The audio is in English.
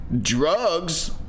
drugs